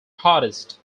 hardest